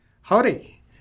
Howdy